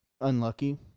unlucky